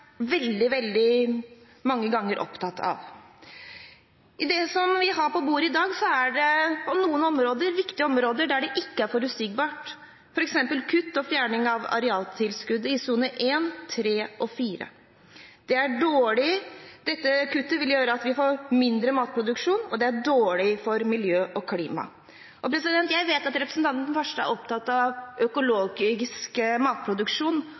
veldig mange ganger. I det som vi har på bordet i dag, er det på noen viktige områder ikke forutsigbarhet, f.eks. når det blir kutt og fjerning av arealtilskudd i sonene 1, 3 og 4. Disse kuttene gjør at vi får mindre matproduksjon, og det er dårlig for miljø og klima. Jeg vet at representanten Farstad er opptatt av økologisk matproduksjon,